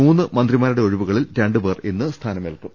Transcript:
മൂന്ന് മന്ത്രിമാരുടെ ഒഴിവുകളിൽ രണ്ട് പേർ ഇന്ന് സ്ഥാനമേൽ ക്കും